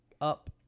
up